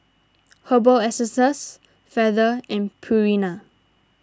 Herbal Essences Feather and Purina